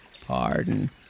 Pardon